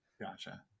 Gotcha